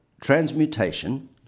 transmutation